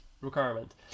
requirement